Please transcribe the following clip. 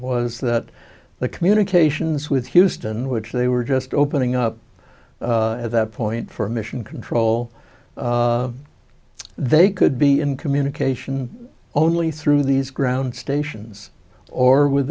was that the communications with houston which they were just opening up at that point for mission control they could be in communication only through these ground stations or with